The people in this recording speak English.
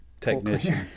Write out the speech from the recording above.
technician